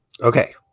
Okay